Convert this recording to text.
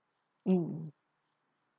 mm